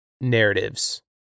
narratives